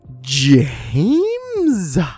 james